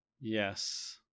Yes